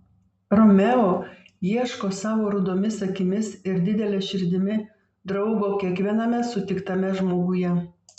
romeo ieško savo rudomis akimis ir didele širdimi draugo kiekviename sutiktame žmoguje